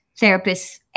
therapists